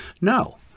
No